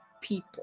people